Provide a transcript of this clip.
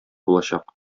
булачак